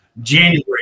January